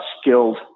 skilled